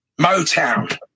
motown